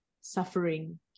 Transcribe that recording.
suffering